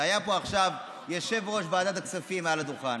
היה עכשיו יושב-ראש ועדת הכספים פה מעל הדוכן,